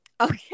Okay